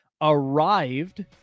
arrived